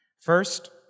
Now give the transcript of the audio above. First